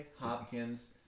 hopkins